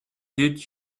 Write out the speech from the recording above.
did